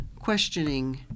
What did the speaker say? questioning